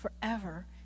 forever